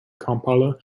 kampala